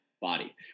body